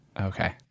Okay